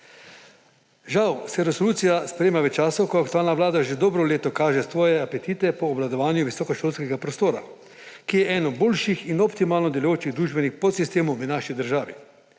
Žal se resolucija sprejema v času, ko aktualna vlada že dobro leto kaže svoje apetite po obvladovanju visokošolskega prostora, ki je eno boljših in optimalno delujočih družbenih podsistemov v naši državi,